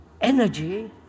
energy